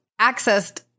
accessed